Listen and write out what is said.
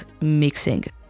mixing